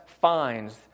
fines